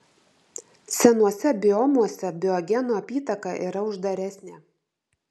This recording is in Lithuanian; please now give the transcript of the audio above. senuose biomuose biogenų apytaka yra uždaresnė